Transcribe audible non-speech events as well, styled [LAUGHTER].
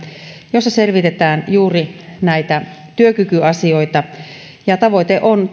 jossa selvitetään juuri näitä työkykyasioita tavoiteaikataulu on [UNINTELLIGIBLE]